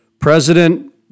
president